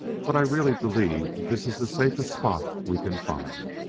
but i really believe this is the safest spot we can find.